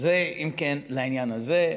אז זה, אם כן, לעניין הזה.